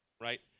Right